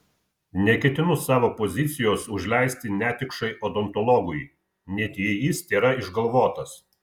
neketinu savo pozicijos užleisti netikšai odontologui net jei jis tėra išgalvotas